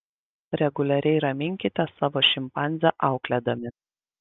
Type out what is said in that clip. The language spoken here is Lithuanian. reguliariai raminkite savo šimpanzę auklėdami